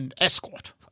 escort